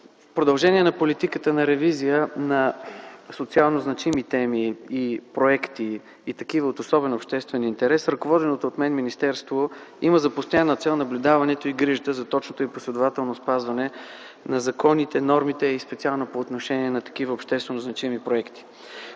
продължение политиката на ревизия на социално значими теми и проекти и такива от особен обществен интерес, ръководеното от мен министерство има за постоянна цел наблюдаването и грижата за точното и последователно спазване на законите, нормите и специално по отношение на такива обществено значими проекти.